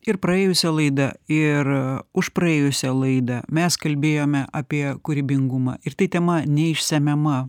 ir praėjusią laidą ir už praėjusią laidą mes kalbėjome apie kūrybingumą ir tai tema neišsemiama